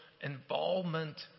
involvement